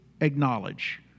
acknowledge